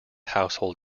household